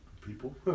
people